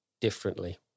differently